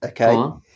Okay